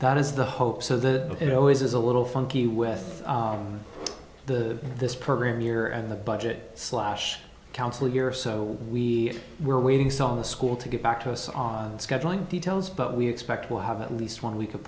that is the hope so that it always is a little funky with the this program here and the budget slash council here so we were waiting saw the school to get back to us on scheduling details but we expect we'll have at least one week of